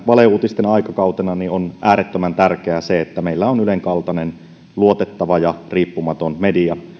valeuutisten aikakautena on äärettömän tärkeää se että meillä on ylen kaltainen luotettava ja riippumaton media